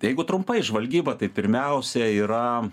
jeigu trumpai žvalgyba tai pirmiausia yra